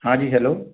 हाँ जी हैलो